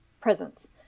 presence